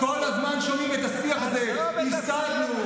כל הזמן שומעים את השיח הזה: הפסדנו,